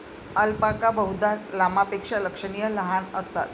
alpaca बहुधा लामापेक्षा लक्षणीय लहान असतात